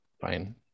Fine